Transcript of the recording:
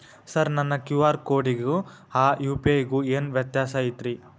Sir ನನ್ನ QR ಕೊಡಿಗೂ ಆ ಯು.ಪಿ.ಐ ಗೂ ಏನ್ ವ್ಯತ್ಯಾಸ ಐತ್ರಿ?